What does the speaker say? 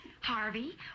Harvey